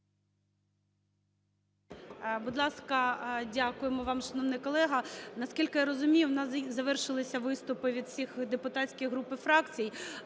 Будь ласка. Дякуємо вам, шановний колего. Наскільки я розумію, в нас завершилися виступи від всіх депутатських груп і фракцій.